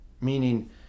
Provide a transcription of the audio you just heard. Meaning